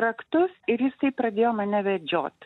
raktus ir jisai pradėjo mane vedžiot